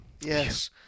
Yes